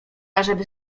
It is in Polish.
ażeby